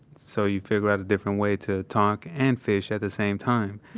so you figure out a different way to talk and fish at the same time.